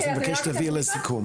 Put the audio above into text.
אז אני מבקש שתגיעי לסיכום.